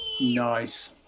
Nice